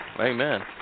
amen